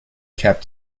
kept